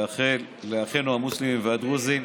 לאחינו המוסלמים והדרוזים.